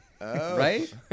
Right